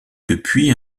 depuis